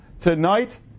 tonight